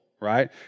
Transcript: right